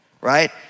right